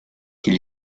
qu’il